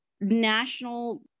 national